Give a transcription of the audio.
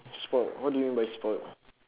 spoilt what do you mean by spoilt